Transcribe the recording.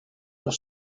pour